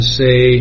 say